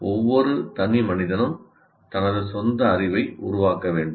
ஒவ்வொரு தனிமனிதனும் தனது சொந்த அறிவை உருவாக்க வேண்டும்